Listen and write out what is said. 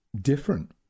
different